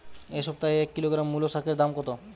এ সপ্তাহে এক কিলোগ্রাম মুলো শাকের দাম কত?